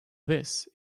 this